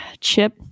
chip